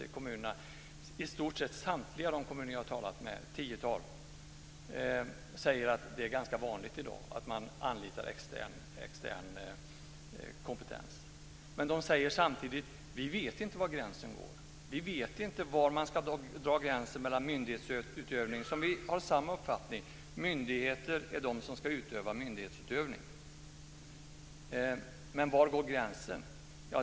I i stort sett samtliga de kommuner som jag har talat med, ett tiotal, säger man att det i dag är ganska vanligt att man anlitar extern kompetens. Men man säger samtidigt att man inte vet var gränsen går. Man vet inte var man ska dra gränsen vad gäller myndighetsutövning. Vi instämmer i uppfattningen att det är myndigheter som ska utöva myndighet, men var går gränsen?